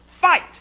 Fight